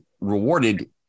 rewarded